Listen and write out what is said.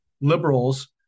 liberals